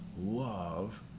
love